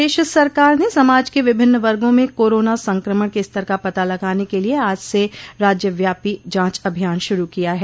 प्रदेश सरकार ने समाज के विभिन्न वर्गों में कोरोना संक्रमण के स्तर का पता लगाने के लिए आज से राज्यव्यापी जांच अभियान शुरू किया है